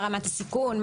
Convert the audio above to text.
מה רמת הסיכון.